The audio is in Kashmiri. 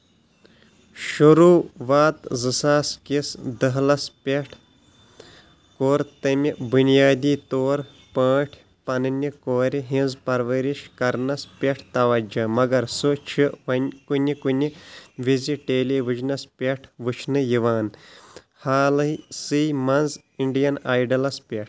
شُروٗع وات زٕ ساس کِس دٔہلس پٮ۪ٹھ کوٚر تٔمہِ بنیٲدی طور پٲٹھۍ پننہِ کورِ ہنٛز پرورش کرنَس پٮ۪ٹھ توجہ مگر سُھ چھِ کُنہِ کُنہِ وِزِ ٹیلی وجنَس پٮ۪ٹھ وٕچھنہٕ یِوان حالٕے سٕۍ منٛز انڈین آیڈٕلَس پٮ۪ٹھ